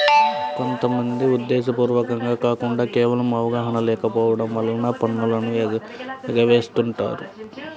కొంత మంది ఉద్దేశ్యపూర్వకంగా కాకుండా కేవలం అవగాహన లేకపోవడం వలన పన్నులను ఎగవేస్తుంటారు